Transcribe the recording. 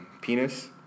penis